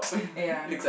ya